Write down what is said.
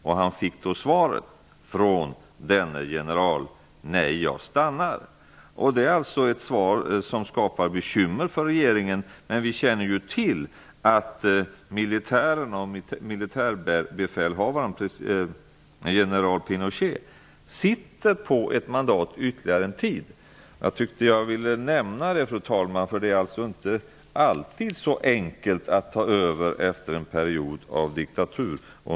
Frei fick då svaret från denne general att han tänker stanna kvar. Det är ett svar som skapar bekymmer för regeringen. Vi känner till att militären och militärbefälhavaren general Pinochet sitter på ett mandat ytterligare en tid. Jag ville nämna det, eftersom det inte alltid är så enkelt att ta över efter en period av diktatur.